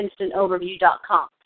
instantoverview.com